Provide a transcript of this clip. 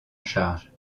charge